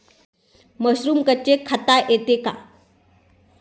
Mushroom कच्चे खाता येते का?